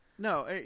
No